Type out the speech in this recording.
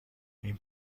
این